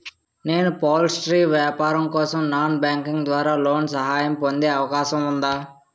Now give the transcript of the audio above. నేను పౌల్ట్రీ వ్యాపారం కోసం నాన్ బ్యాంకింగ్ ద్వారా లోన్ సహాయం పొందే అవకాశం ఉందా?